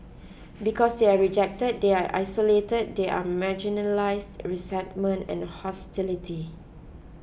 because they are rejected they are isolated they are marginalize resentment and hostility